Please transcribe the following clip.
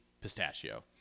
Pistachio